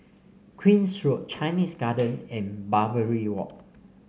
Queen's Road Chinese Garden and Barbary Walk